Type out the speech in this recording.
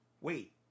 wait